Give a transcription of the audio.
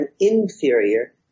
inferior